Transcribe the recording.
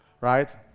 right